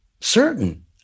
certain